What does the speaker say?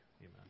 Amen